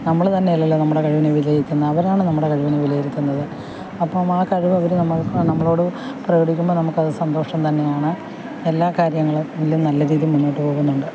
നമ്മൾ തന്നെ അല്ലല്ലോ നമ്മുടെ കഴിവിനെ വിലയിരുത്തുന്നത് അവരാണ് നമ്മുടെ കഴിവിനെ വിലയിരുത്തുന്നത് അപ്പോൾ ആ കഴിവ് അവർ നമ്മൾ നമ്മളോട് പ്രകടിക്കുമ്പം നമ്മൾക്ക് അത് സന്തോഷം തന്നെയാണ് എല്ലാ കാര്യങ്ങളും നല്ല രീതിയില് മുന്നോട്ട് പോകുന്നുണ്ട്